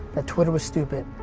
twitter was stupid.